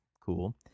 cool